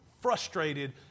frustrated